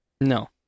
No